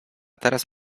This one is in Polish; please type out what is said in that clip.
teraz